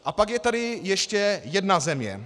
A pak je tady ještě jedna země.